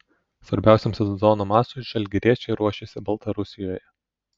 svarbiausiam sezono mačui žalgiriečiai ruošiasi baltarusijoje